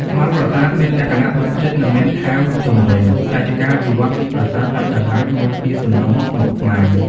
ប្លង់ប្រាសាទមានលក្ខណៈបិទជិត និងមានថែវជុំវិញ ដែលជាការវិវត្តពីប្រាសាទដាច់ដោយឡែកមកជាសំណុំស្មុគស្មាញ។